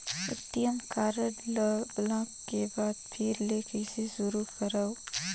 ATM card ल block के बाद फिर ले कइसे शुरू करव?